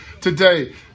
today